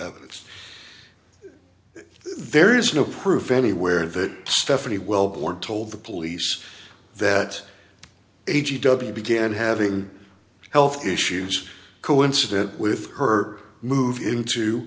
evidence there is no proof anywhere that stephanie wellborn told the police that a g w began having health issues coincident with her move into